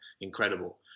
incredible